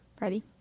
Ready